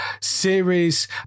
series